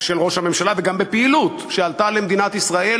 של ראש הממשלה וגם בפעילות שעלתה למדינת ישראל,